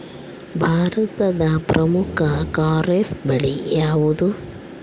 ಭಾರತದ ಪ್ರಮುಖ ಖಾರೇಫ್ ಬೆಳೆ ಯಾವುದು?